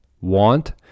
want